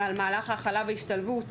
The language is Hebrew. על מערך ההכלה וההשתלבות,